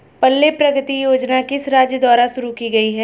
पल्ले प्रगति योजना किस राज्य द्वारा शुरू की गई है?